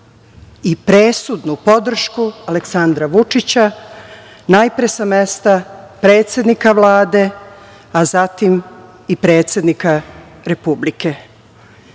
i presudnu podršku Aleksandra Vučića najpre sa mesta predsednika Vlade, a zatim i predsednika Republike. Bez